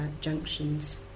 junctions